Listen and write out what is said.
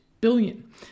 billion